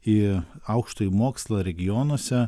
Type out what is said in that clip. į aukštąjį mokslą regionuose